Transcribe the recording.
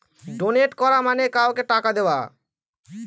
donate করা মানে কাউকে টাকা দেওয়া